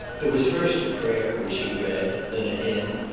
there was first a prayer, which he read then a hymn,